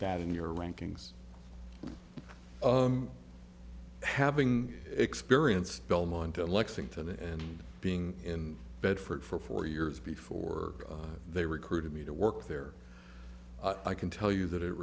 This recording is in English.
that in your rankings having experience belmont to lexington and being in bedford for four years before they recruited me to work there i can tell you that it